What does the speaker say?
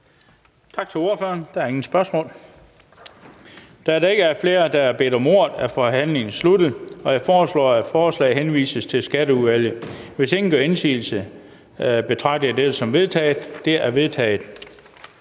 Der er ingen spørgsmål. Da der ikke er flere, der har bedt om ordet, er forhandlingen sluttet. Jeg foreslår, at forslaget henvises til Skatteudvalget. Hvis ingen gør indsigelse, betragter jeg dette som vedtaget. Det er vedtaget.